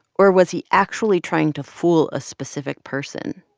or was he actually trying to fool a specific person?